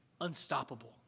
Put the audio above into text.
unstoppable